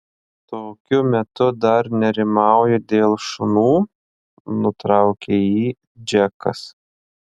tokiu metu dar nerimauji dėl šunų nutraukė jį džekas